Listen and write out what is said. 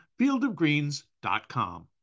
fieldofgreens.com